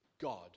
God